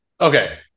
Okay